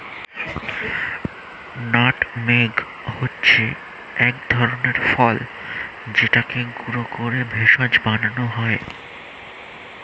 nutmeg হচ্ছে এক ধরনের ফল যেটাকে গুঁড়ো করে ভেষজ বানানো হয়